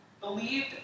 believed